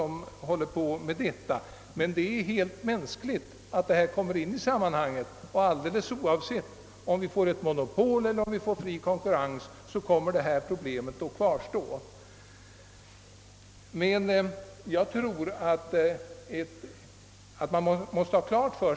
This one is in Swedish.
Men det är mänskligt att sådana synpunkter kommer in i sammanhanget. Alldels oavsett om vi får monopol eller fri konkurrens kommer detta problem att kvarstå.